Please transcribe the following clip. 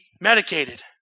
medicated